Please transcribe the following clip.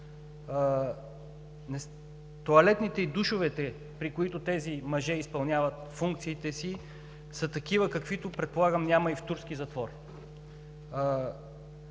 тоалетните и душовете, при които тези мъже изпълняват функциите си, са такива, каквито, предполагам, няма и в турски затвор.